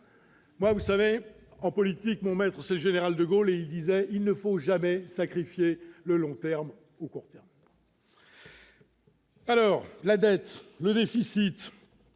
moi vous savez en politique, mon maître, ce général De Gaulle, et il disait : il ne faut jamais sacrifier le long terme au court terme.